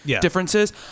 differences